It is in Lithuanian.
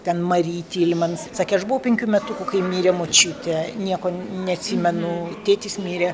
ten mary tilimans sakė aš buvau penkių metukų kai mirė močiutė nieko neatsimenu tėtis mirė